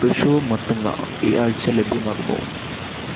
ഫ്രെഷോ മത്തങ്ങ ഈ ആഴ്ച ലഭ്യമാകുമോ